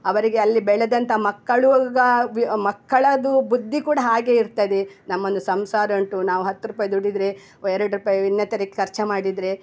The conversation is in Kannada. ಅವರಿಗೆ ಅಲ್ಲಿ ಬೆಳೆದಂಥ ಮಕ್ಕಳೂ ಗಾ ಮಕ್ಕಳದ್ದು ಬುದ್ಧಿ ಕೂಡ ಹಾಗೆ ಇರ್ತದೆ ನಮ್ಮೊಂದು ಸಂಸಾರ ಉಂಟು ನಾವು ಹತ್ತು ರೂಪಾಯಿ ದುಡಿದರೆ ಎರಡು ರೂಪಾಯಿ ವಿನ್ನೆತರಿಕ್ ಖರ್ಚು ಮಾಡಿದರೆ